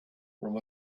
from